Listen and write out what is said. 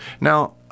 Now